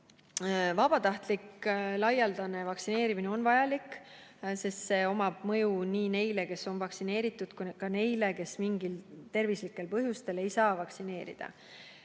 Vabatahtlik laialdane vaktsineerimine on vajalik, sest see avaldab mõju nii neile, kes on vaktsineeritud, kui ka neile, kes mingil tervislikul põhjusel ei saa lasta end